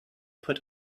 put